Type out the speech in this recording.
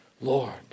Lord